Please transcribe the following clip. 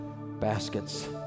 baskets